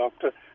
doctor